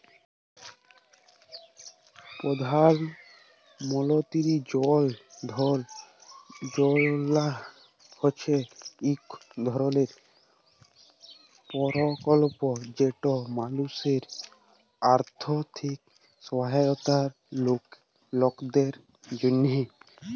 পধাল মলতিরি জল ধল যজলা হছে ইক ধরলের পরকল্প যেট মালুসের আথ্থিক সহায়তার লকদের জ্যনহে